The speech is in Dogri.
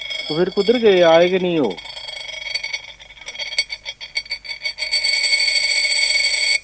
ते फिर कुद्धर गे आए गै निं ओह्